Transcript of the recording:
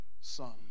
son